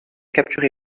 capturer